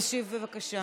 (תיקון, מוות במרשם רופא),